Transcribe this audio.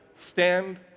Stand